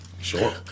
sure